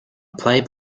play